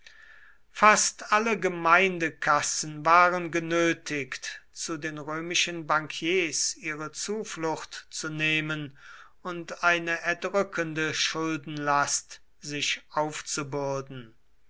fast alle gemeindekassen waren genötigt zu den römischen bankiers ihre zuflucht zu nehmen und eine erdrückende schuldenlast sich aufzubürden